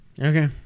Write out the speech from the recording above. Okay